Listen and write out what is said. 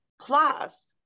plus